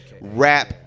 rap